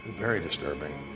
very disturbing.